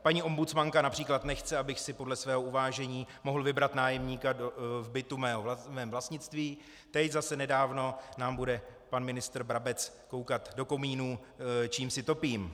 Paní ombudsmanka například nechce, abych si podle svého uvážení mohl vybrat nájemníka bytu v mém vlastnictví, teď zase nedávno nám bude pan ministr Brabec koukat do komínů, čím si topím.